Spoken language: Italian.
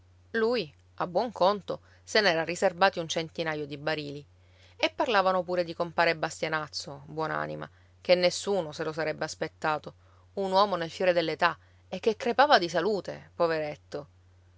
lui a buon conto se n'era riserbati un centinaio di barili e parlavano pure di compare bastianazzo buon'anima che nessuno se lo sarebbe aspettato un uomo nel fiore dell'età e che crepava di salute poveretto